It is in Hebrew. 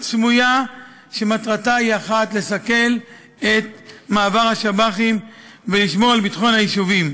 סמויה שמטרתן היא אחת: לסכל את מעבר השב"חים ולשמור על ביטחון היישובים.